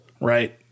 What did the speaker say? right